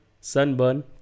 Sunburn